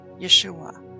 Yeshua